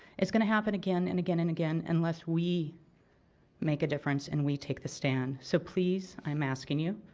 it's gonna happen again and again and again unless we make a difference and we take the stand. so please, i'm asking you,